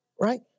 right